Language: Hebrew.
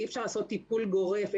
אי אפשר לעשות טיפול גורף,